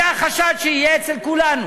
זה החשד שיהיה אצל כולנו,